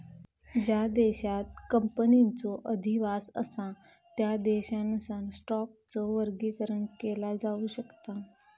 ज्या देशांत कंपनीचो अधिवास असा त्या देशानुसार स्टॉकचो वर्गीकरण केला जाऊ शकता